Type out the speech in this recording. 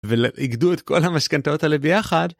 ואיגדו את כל המשכנתאות האלה ביחד.